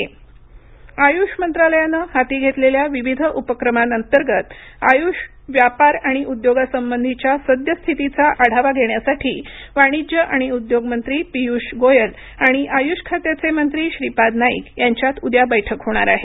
आयुष आयुष मंत्रालयानं हाती घेतलेल्या विविध उपक्रमांअंतर्गत आयुष व्यापार आणि उद्योगासंबंधीच्या सद्यस्थितीचा आढावा घेण्यासाठी वाणिज्य आणि उद्योग मंत्री पियूष गोयल आणि आयुष खात्याचे मंत्री श्रीपाद नाईक यांच्यात उद्या बैठक होणार आहे